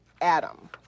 Adam